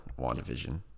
WandaVision